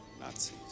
Nazis